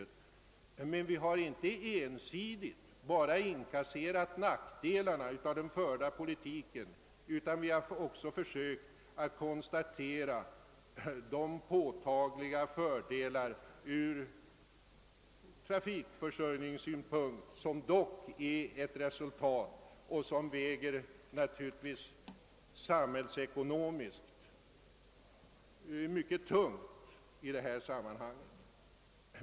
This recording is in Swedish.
Vi har emellertid inte ensidigt bara inkasserat nackdelarna utan vi har också försökt konstatera de påtagliga fördelar ur trafikförsörjningssynpunkt som blivit ett resultat av den förda politiken och som naturligtvis väger samhällsekonomiskt mycket tungt i detta sammanhang.